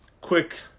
quick